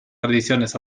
tradiciones